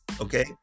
Okay